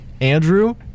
Andrew